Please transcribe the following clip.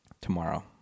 Tomorrow